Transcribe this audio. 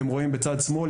אתם רואים בצד שמאל,